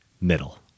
middle